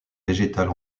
végétale